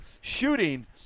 shooting